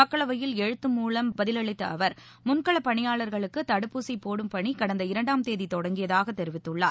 மக்களவையில் எழுத்து மூலம் பதில் அளித்த அவர் முன்கள பணியாளர்களுக்கு தடுப்பூசி போடும் பணி கடந்த இரண்டாம் தேதி தொடங்கியதாக தெரிவித்துள்ளார்